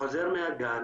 חוזר מהגן